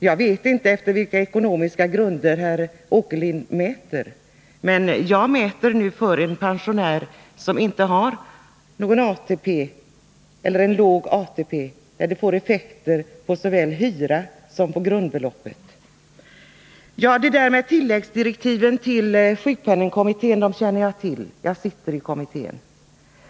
Jag vet inte efter vilka ekonomiska grunder herr Åkerlind mäter, men jag mäter för en pensionär som inte har någon ATP eller en låg ATP, där ändringen av basbeloppet får effekt på såväl hyra som grundbelopp. Jag känner till tilläggsdirektiven till sjukpenningkommittén. Jag sitter i kommittén.